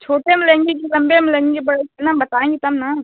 छोटे में लेंगी कि लंबे में लेंगी बताएँ तब ना